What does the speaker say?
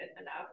enough